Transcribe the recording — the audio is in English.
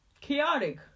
chaotic